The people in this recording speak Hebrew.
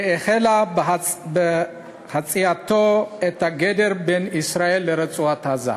שהחלה בחצייתו את הגדר בין ישראל לרצועת-עזה.